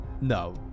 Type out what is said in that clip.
No